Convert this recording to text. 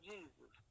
Jesus